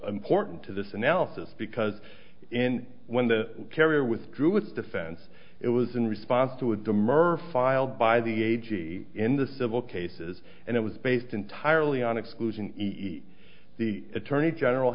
important to this analysis because in when the carrier withdrew its defense it was in response to a demur filed by the a g in the civil cases and it was based entirely on exclusion eat the attorney general